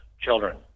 children